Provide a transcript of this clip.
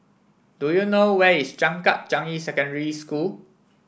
do you know where is Changkat Changi Secondary School